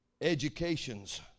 educations